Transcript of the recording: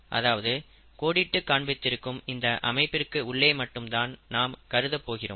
அதாவது கோடிட்டு காண்பித்து இருக்கும் இந்த அமைப்பிற்கு உள்ளே மட்டும்தான் நாம் கருத போகிறோம்